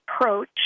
approach